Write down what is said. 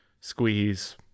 squeeze